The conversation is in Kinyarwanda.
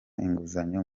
inguzanyo